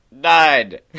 died